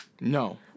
No